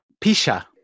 pisha